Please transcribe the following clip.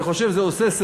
אני חושב שזה הגיוני,